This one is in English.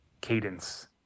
cadence